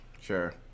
Sure